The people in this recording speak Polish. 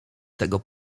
tego